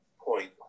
point